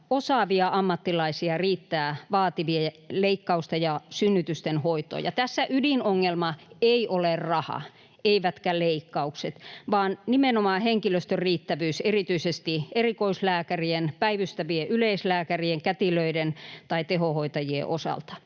osaavia ammattilaisia riittää vaativien leikkausten ja synnytysten hoitoon. Tässä ydinongelma ei ole raha eivätkä leikkaukset, vaan nimenomaan henkilöstön riittävyys erityisesti erikoislääkärien, päivystävien yleislääkärien, kätilöiden tai tehohoitajien osalta.